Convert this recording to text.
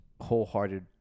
wholehearted